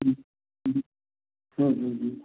হুম হুম হুম হুম হুম